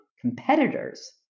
competitors